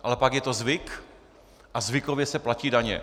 Ale pak je to zvyk a zvykově se platí daně.